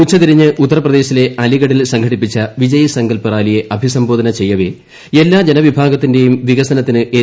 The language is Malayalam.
ഉച്ചതിരിഞ്ഞ് ഉത്തർപ്രദേശിലെ അലിഗഡിൽ സംഘടിപ്പിച്ച വിജയ് സങ്കൽപ് റാലിയെ അഭിസംബോധന ചെയ്യവെ എല്ലാ ജനവിഭാഗത്തിന്റെയും വികസനത്തിന് എൻ